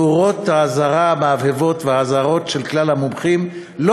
נורות האזהרה המהבהבות ואזהרותיהם של כלל המומחים לא